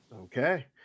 Okay